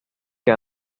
que